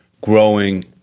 growing